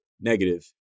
negative